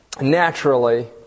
naturally